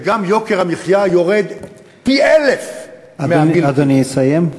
וגם יוקר המחיה יורד פי-אלף, אדוני, אדוני יסיים.